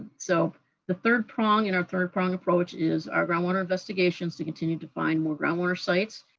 so the third prong in our third prong approach is our groundwater investigations to continue to find more groundwater sites.